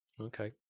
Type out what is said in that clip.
Okay